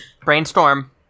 Brainstorm